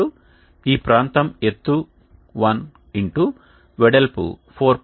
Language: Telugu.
ఇప్పుడు ఈ ప్రాంతం ఎత్తు 1 X వెడల్పు 4